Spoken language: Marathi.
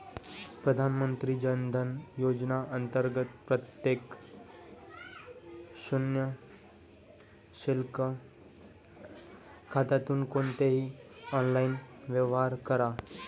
प्रधानमंत्री जन धन योजना अंतर्गत प्रत्येक शून्य शिल्लक खात्यातून कोणतेही ऑनलाइन व्यवहार करा